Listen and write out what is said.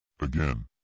Again